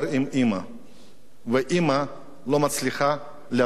ואמא לא מצליחה לרוץ 200 מטר,